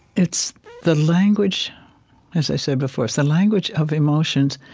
it's the language as i said before, it's the language of emotions.